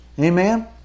Amen